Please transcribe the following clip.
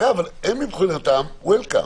אבל הם מבחינתם welcome.